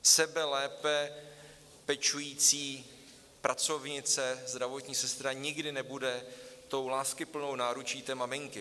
Sebelépe pečující pracovnice, zdravotní sestra nikdy nebude tou láskyplnou náručí té maminky.